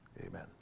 Amen